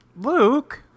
Luke